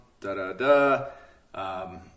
da-da-da